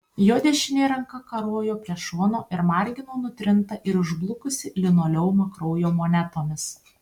jo dešinė ranka karojo prie šono ir margino nutrintą ir išblukusį linoleumą kraujo monetomis